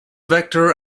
vector